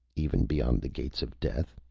even beyond the gates of death?